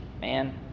Man